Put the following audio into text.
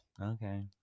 okay